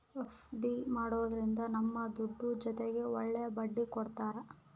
FD ಮಾಡೋದ್ರಿಂದ ನಮ್ ದುಡ್ಡು ಜೊತೆ ಒಳ್ಳೆ ಬಡ್ಡಿ ಕೊಡ್ತಾರ